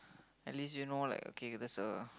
at least you know like okay there's a